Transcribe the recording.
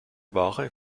ware